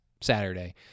Saturday